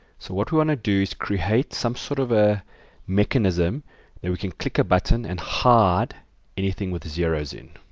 so what we want to do is create some sort of a mechanism that we can click a button and hide anything with zeros in.